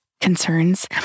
concerns